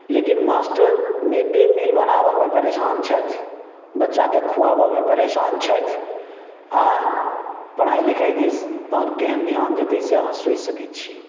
लेकिन master mid day meal बनाबऽ मे परेशान छथि बच्चाकेँ खुआबऽ मे परेशान छथि आ पढ़ाई लिखाई दिश तहन केहन ध्यान जतै से अहाँ सोचि सकै छी